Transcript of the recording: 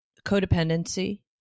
Codependency